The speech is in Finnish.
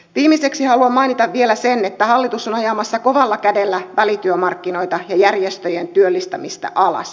viimeiseksi haluan mainita vielä sen että hallitus on ajamassa kovalla kädellä välityömarkkinoita ja järjestöjen työllistämistä alas